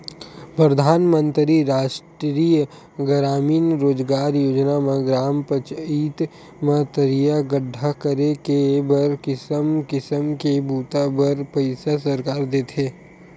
परधानमंतरी रास्टीय गरामीन रोजगार योजना म ग्राम पचईत म तरिया गड्ढ़ा करे के बर किसम किसम के बूता बर पइसा सरकार देथे